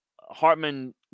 Hartman